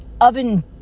oven